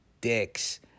dicks